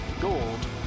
Gold